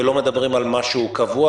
ולא מדברים על משהו קבוע,